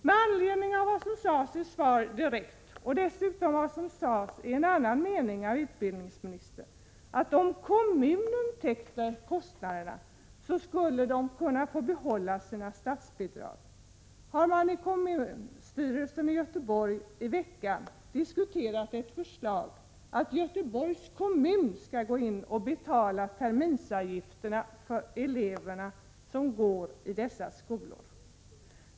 Med anledning av det som sades i Svar direkt och det som utbildningsministern sade vid ett annat tillfälle — att om kommunerna täcker kostnaderna skulle skolorna kunna få behålla sina statsbidrag — har man i kommunstyrelsen i Göteborg i veckan diskuterat ett förslag om att Göteborgs kommun skall gå in och betala terminsavgifterna för de elever som går i dessa skolor.